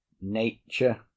nature